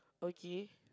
okay